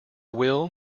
will